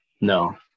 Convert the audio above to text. No